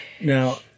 Now